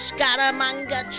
Scaramanga